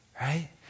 Right